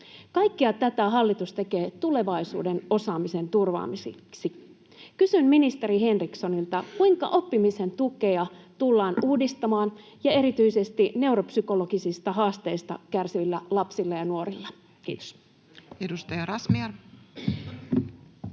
Kaikkea tätä hallitus tekee tulevaisuuden osaamisen turvaamiseksi. Kysyn ministeri Henrikssonilta: kuinka oppimisen tukea tullaan uudistamaan ja erityisesti neuropsykologisista haasteista kärsivillä lapsilla ja nuorilla? — Kiitos. [Speech